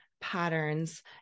patterns